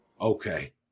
Okay